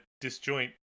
disjoint